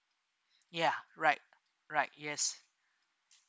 ya right right yes